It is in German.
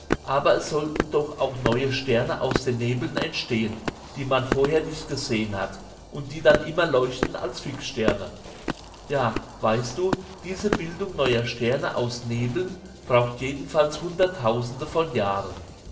aber es sollten doch auch neue sterne aus den nebeln entstehen die man vorher nicht gesehen hat und die dann immer leuchten als fixsterne ja weißt du diese bildung neuer sterne aus nebeln braucht jedenfalls hunderttausende von jahren